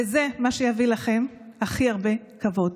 וזה מה שיביא לכם הכי הרבה כבוד.